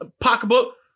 pocketbook